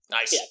Nice